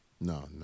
No